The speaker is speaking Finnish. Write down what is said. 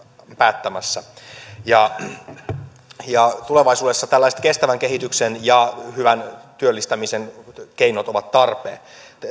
päättämässä tulevaisuudessa tällaiset kestävän kehityksen ja hyvän työllistämisen keinot ovat tarpeen